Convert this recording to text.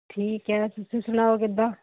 ਠੀਕ ਹੈ ਤੁਸੀਂ ਸੁਣਾਓ ਕਿੱਦਾਂ